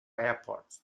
airport